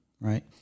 right